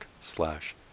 slash